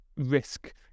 risk